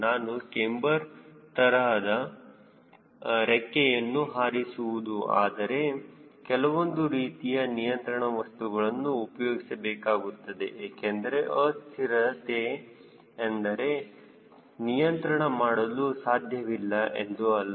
ನಾನು ಕ್ಯಾಮ್ಬರ್ ತರಹದ ರೆಕ್ಕೆಯನ್ನು ಹಾರಿಸುವುದು ಆದರೆ ಕೆಲವೊಂದು ರೀತಿಯ ನಿಯಂತ್ರಣ ವಸ್ತುಗಳನ್ನು ಉಪಯೋಗಿಸಬೇಕಾಗುತ್ತದೆ ಏಕೆಂದರೆ ಅಸ್ಥಿರತೆ ಎಂದರೆ ನಿಯಂತ್ರಣ ಮಾಡಲು ಸಾಧ್ಯವಿಲ್ಲ ಎಂದು ಅಲ್ಲ